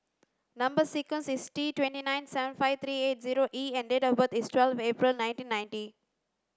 number sequence is T twenty nine seven five three eight zero E and date of birth is twelfth April nineteen ninety